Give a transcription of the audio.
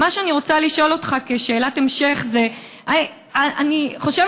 מה שאני רוצה לשאול אותך כשאלת המשך: אני חושבת